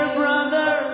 brother